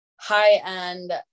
high-end